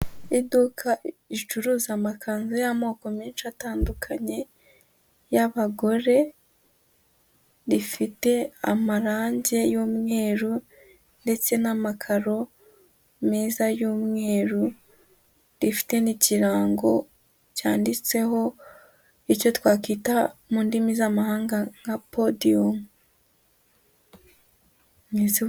Iduka ricuruza amakanzu y'amoko menshi atandukanye y'abagore, rifite amarange y'umweru ndetse n'amakaro meza y'umweru, rifite n'ikirango cyanditseho icyo twakwita mu ndimi z'amahanga nka podium.